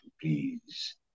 Please